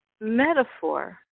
metaphor